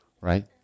right